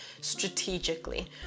strategically